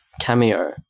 cameo